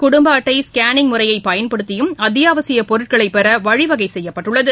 குடும்பஅட்டை scanning முறையைபின்பற்றியும் அத்தியாவசியபொருட்களைபெறவழிவகைசெய்யப்பட்டுள்ளது